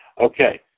Okay